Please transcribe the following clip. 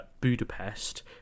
Budapest